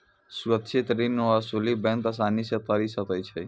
सुरक्षित ऋण रो असुली बैंक आसानी से करी सकै छै